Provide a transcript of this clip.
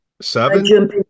seven